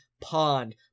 pond